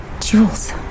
Jules